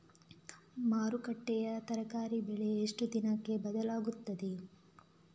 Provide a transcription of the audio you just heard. ಮಾರುಕಟ್ಟೆಯ ತರಕಾರಿ ಬೆಲೆ ಎಷ್ಟು ದಿನಕ್ಕೆ ಬದಲಾಗುತ್ತದೆ?